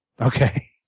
Okay